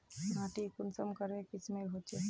माटी कुंसम करे किस्मेर होचए?